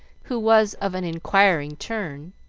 who was of an inquiring turn.